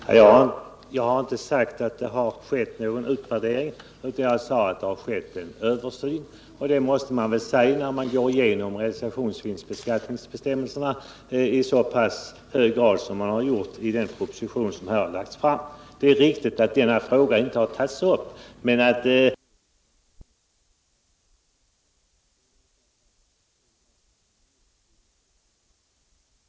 Herr talman! Jag har inte sagt att det skett någon utvärdering utan jag sade att det skett en översyn. Det måste väl vara riktigt att säga så när man gått igenom realisationsvinstbeskattningsbestämmelserna i så hög grad som skett i den proposition som nu behandlas. Det är riktigt att denna fråga inte tagits upp i propositionen, men en förändring av realisationsvinstbeskattningsbestämmelserna har föreslagits, och då anser jag att man på nytt bör aktualisera denna fråga. Det går inte att skjuta på detta ärende hur länge som helst, herr Carlstein. Skall man få fram någon effekt är det en förutsättning att vi inte skjuter ett beslut alltför långt fram i tiden utan försöker att snarast ta ställning.